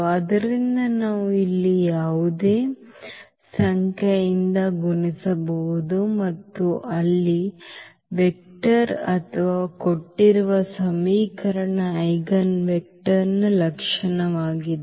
ಆದ್ದರಿಂದ ನಾವು ಇಲ್ಲಿ ಯಾವುದೇ ಸಂಖ್ಯೆಯಿಂದ ಗುಣಿಸಬಹುದು ಅದು ಇಲ್ಲಿ ವೆಕ್ಟರ್ ಅಥವಾ ಕೊಟ್ಟಿರುವ ಸಮೀಕರಣದ ಐಜೆನ್ವೆಕ್ಟರ್ನ ಲಕ್ಷಣವಾಗಿದೆ